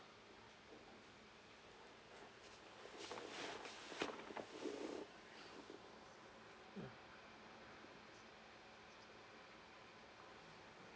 mm